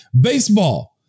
Baseball